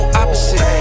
opposite